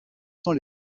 sans